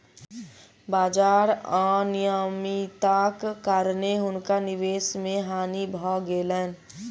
बाजार अनियमित्ताक कारणेँ हुनका निवेश मे हानि भ गेलैन